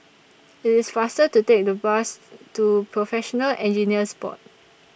IT IS faster to Take The Bus to Professional Engineers Board